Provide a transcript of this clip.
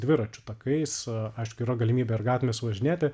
dviračių takais aišku yra galimybė ir gatvėmis važinėti